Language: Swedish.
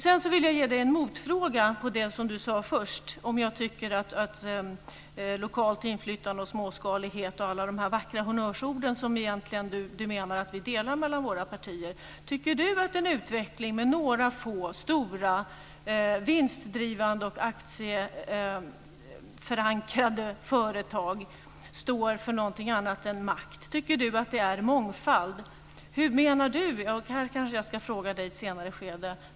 Sedan vill jag ge Kenneth Johansson en motfråga om det som han först sade om lokalt inflytande, småskalighet och alla vackra honnörsord som han egentligen menar att vi delar mellan våra partier. Tycker Kenneth Johansson att en utveckling med några få stora, vinstdrivande och aktieförankrade företag står för någonting annat än makt? Tycker Kenneth Johansson att den främjar mångfald?